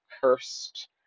cursed